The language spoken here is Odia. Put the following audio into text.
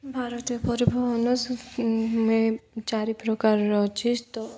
ଭାରତୀୟ ପରିବହନ ଚାରି ପ୍ରକାରର ଅଛି ତ